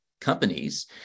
companies